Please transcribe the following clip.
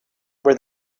were